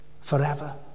forever